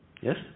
Yes